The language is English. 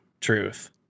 truth